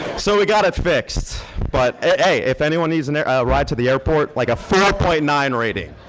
so we got it fixed but, hey, if anyone needs and a ride to the airport like a four point nine rating,